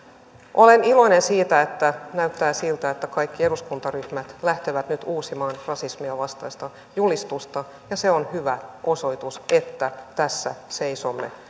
olen iloinen siitä että näyttää siltä että kaikki eduskuntaryhmät lähtevät nyt uusimaan rasisminvastaista julistusta ja se on hyvä osoitus että tässä seisomme